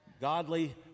godly